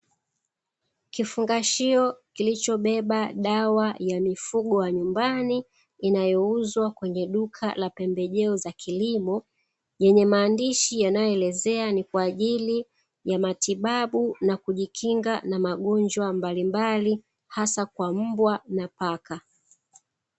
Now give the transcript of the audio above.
Kifungashio kilichobeba dawa ya mifugo ya nyumbani, inayouzwa kwenye duka la pembejeo za kilimo, yenye maandishi yanayoelezea ni kwa ajili ya matibu na kujikinga na magonjwa mbalimbali hasa kwa mbwa na paka.